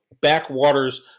backwaters